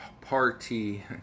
party